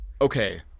Okay